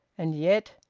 and yet,